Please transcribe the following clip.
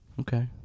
Okay